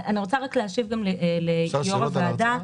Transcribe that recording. אני רוצה להשיב גם ליושב-ראש הוועדה.